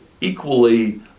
equally